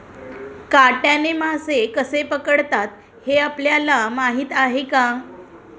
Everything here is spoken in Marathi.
काट्याने मासे कसे पकडतात हे आपल्याला माहीत आहे का?